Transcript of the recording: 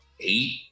eight